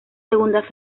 segunda